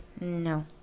No